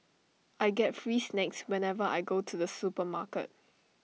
I get free snacks whenever I go to the supermarket